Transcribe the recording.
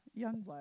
Youngblood